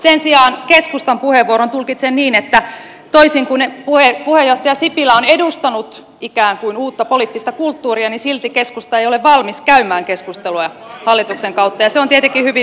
sen sijaan keskustan puheenvuoron tulkitsen niin että vaikka puheenjohtaja sipilä on edustanut ikään kuin uutta poliittista kulttuuria silti keskusta ei ole valmis käymään keskustelua hallituksen kanssa ja se on tietenkin hyvin valitettavaa